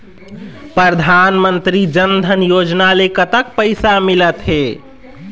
परधानमंतरी जन धन योजना ले कतक पैसा मिल थे?